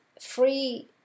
free